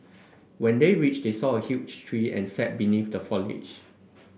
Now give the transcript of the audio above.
when they reached they saw a huge tree and sat beneath the foliage